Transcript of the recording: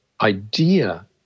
idea